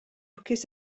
lwcus